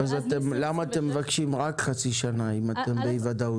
ואז --- אז למה אתם מבקשים רק חצי שנה אם אתם באי ודאות?